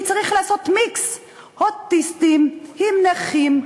כי צריך לעשות מיקס: אוטיסטים עם נכים,